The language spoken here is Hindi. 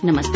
नमस्कार